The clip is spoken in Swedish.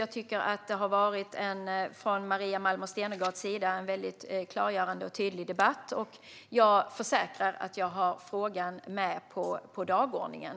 Jag tycker att det från Maria Malmer Stenergards sida har varit en väldigt klargörande och tydlig debatt, och jag försäkrar att jag har frågan med på dagordningen.